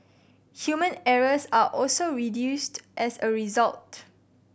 human errors are also reduced as a result